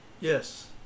Yes